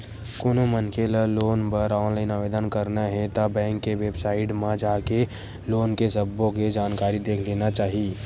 कोनो मनखे ल लोन बर ऑनलाईन आवेदन करना हे ता बेंक के बेबसाइट म जाके लोन के सब्बो के जानकारी देख लेना चाही